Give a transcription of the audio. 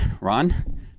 Ron